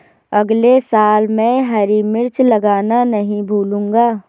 अगले साल मैं हरी मिर्च लगाना नही भूलूंगा